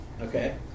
Okay